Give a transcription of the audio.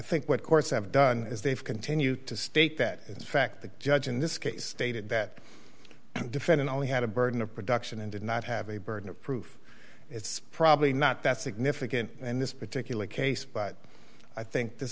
think what courts have done is they've continued to state that in fact the judge in this case stated that the defendant only had a burden of production and did not have a burden of proof it's probably not that significant in this particular case but i think this